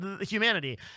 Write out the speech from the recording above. humanity